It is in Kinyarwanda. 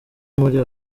muri